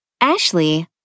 Ashley